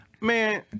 man